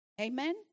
Amen